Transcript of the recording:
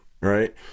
Right